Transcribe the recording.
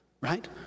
right